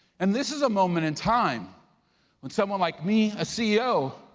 and this is a moment in time when someone like me, a ceo,